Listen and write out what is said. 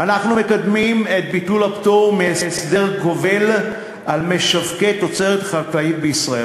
אנחנו מקדמים את ביטול הפטור מהסדר כובל על משווקי תוצרת חקלאית בישראל,